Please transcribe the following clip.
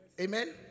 Amen